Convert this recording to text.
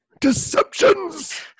deceptions